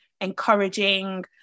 encouraging